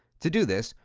to do this,